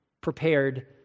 Prepared